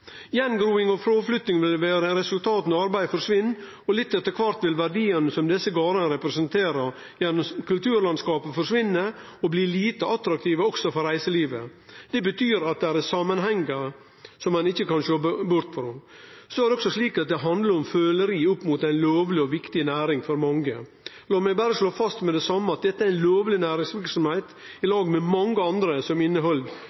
Gjengroing og fråflytting vil vere resultatet når arbeidet forsvinn, og litt etter kvart vil verdiane som desse gardane representerer gjennom kulturlandskapet, forsvinne og bli lite attraktive også for reiselivet. Det betyr at det er samanhengar som ein ikkje kan sjå bort ifrå. Så er det også slik at det handlar om føleri opp mot ei lovleg og viktig næring for mange. La meg berre slå fast med det same at dette er ei lovleg næringsverksemd, i lag med mange andre som inneheld